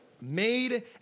Made